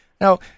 Now